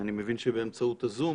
אני מבין שבאמצעות הזום,